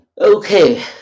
Okay